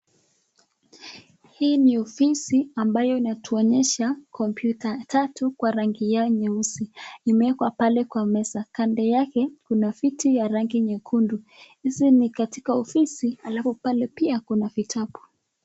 Hii ni ofisi ambayo inatuonyesha kompyuta tatu kwa rangi yao nyeusi imeekwa pale kwa meza. Kando yake kuna viti ya rangi nyekundu. Hizi ni katika ofisi alafu pale pia kuna vitabu.